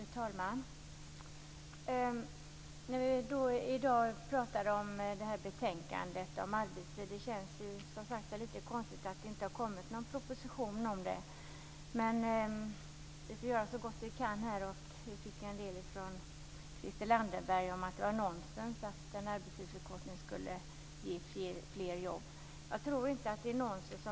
Fru talman! När vi i dag talar om betänkandet om arbetstid känns det som sagt var litet konstigt att det inte kommit någon proposition. Men vi får göra så gott vi kan. Vi hörde från Christel Anderberg att det var nonsens att en arbetstidsförkortning skulle ge flera jobb. Jag tror inte att det är nonsens.